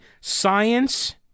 science